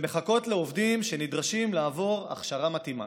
שמחכות לעובדים שנדרשים לעבור הכשרה מתאימה.